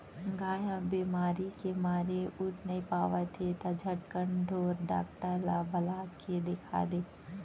गाय ह बेमारी के मारे उठ नइ पावत हे त झटकन ढोर डॉक्टर ल बला के देखा दे